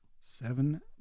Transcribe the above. Seven